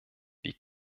wir